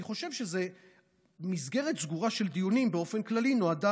אני חושב שמסגרת סגורה של דיונים באופן כללי נועדה